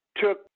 took